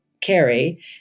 carry